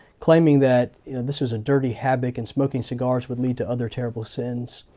claiming that this was a dirty habit and smoking cigars would lead to other terrible sins.